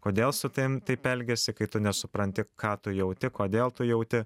kodėl su tavim taip elgiasi kai tu nesupranti ką tu jauti kodėl tu jauti